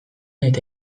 eta